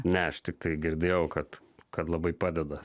ne aš tiktai girdėjau kad kad labai padeda